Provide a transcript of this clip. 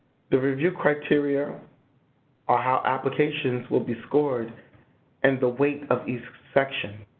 the review criteria are how applications will be scored and the weight of each section.